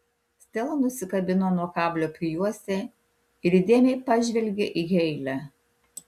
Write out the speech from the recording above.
stela nusikabino nuo kablio prijuostę ir įdėmiai pažvelgė į heile